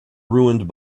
ruined